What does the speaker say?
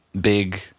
big